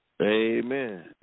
Amen